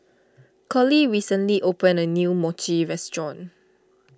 Colie recently opened a new Mochi restaurant